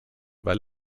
weil